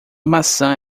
maçã